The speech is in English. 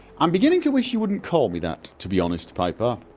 i'm beginning to wish you wouldn't call me that to be honest, piper